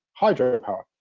hydropower